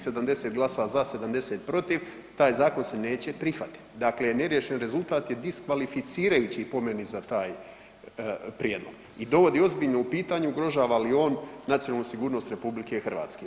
70 glasa za, 70 protiv taj zakon se neće prihvatiti, dakle neriješen rezultat je diskvalificirajući po meni za taj prijedlog i dovodi ozbiljno u pitanje ugrožava li on nacionalnu sigurnost RH.